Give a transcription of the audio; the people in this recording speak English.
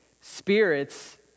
Spirits